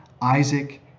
Isaac